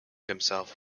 himself